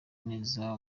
neza